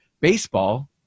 baseball